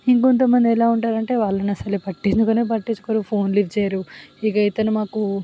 ఇంకొంత మంది ఎలా ఉంటారు అంటే వాళ్ళని అసలు పట్టించుకోనే పట్టించుకోరు ఫోన్ లిఫ్ట్ చేయరు ఇక ఇతను మాకు